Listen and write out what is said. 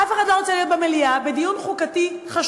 אף אחד לא רוצה להיות במליאה, דיון חוקתי חשוב,